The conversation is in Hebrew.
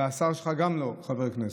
וגם השר שלך לא חבר כנסת.